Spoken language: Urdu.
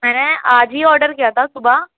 میں نے آج ہی آڈر کیا تھا صُبح